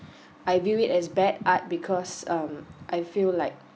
I view it as bad art because um I feel like